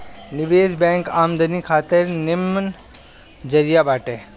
निवेश बैंक आमदनी खातिर निमन जरिया बाटे